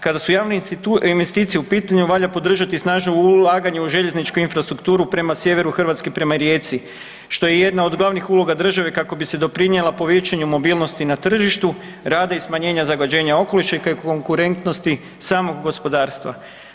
Kada su javne investicije u pitanju valja podržati snažno ulaganje u željezničku infrastrukturu prema sjeveru Hrvatske i prema Rijeci što je jedna od glavnih uloga države kako bi se doprinijela povećanju mobilnosti na tržištu rada i smanjenja zagađenja okoliša te konkurentnosti samog gospodarstva.